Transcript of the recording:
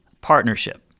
partnership